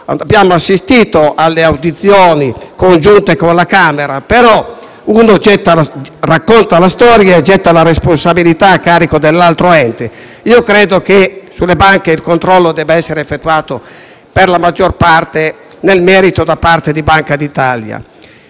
abbiamo assistito alle audizioni congiunte con la Camera, però un ente racconta la storia e getta la responsabilità a carico dell'altro. Credo che sulle banche il controllo debba essere effettuato prevalentemente nel merito da parte di Banca d'Italia.